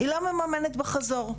היא לא מממנת בחזור,